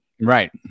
Right